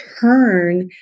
turn